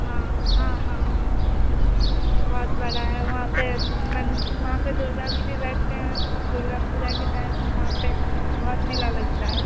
हाँ हाँ हाँ बहुत बड़ा है वहाँ पर मन वहाँ पर दुर्गा जी भी बैठते हैं दुर्गा पूजा के टाइम में वहाँ पर बहुत मेला लगता है